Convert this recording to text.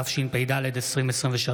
התשפ"ד 2023,